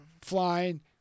flying